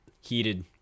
heated